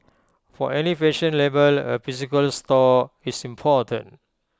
for any fashion label A physical store is important